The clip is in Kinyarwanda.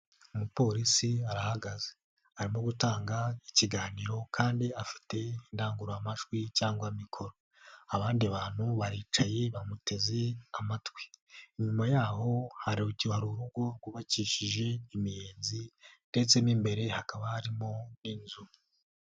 Umupolisi arahagaze, arimo gutanga ikiganiro kandi afite indangururamajwi cyangwa mikoro, abandi bantu baricaye bamuteze amatwi, inyuma yaho hari urugo rwubakishije imiyenzi, ndetse n'imbere hakaba harimo inzu.